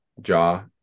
Jaw